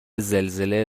زلزله